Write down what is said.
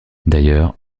d’ailleurs